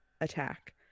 attack